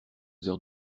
heures